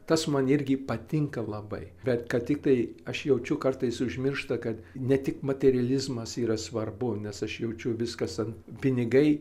tas man irgi patinka labai bet kad tiktai aš jaučiu kartais užmiršta kad ne tik materializmas yra svarbu nes aš jaučiu viskas ant pinigai